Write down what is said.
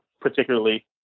particularly